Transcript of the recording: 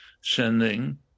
sending